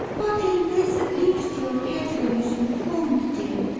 but in this at least you appear to be misinformed, dear.